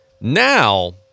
Now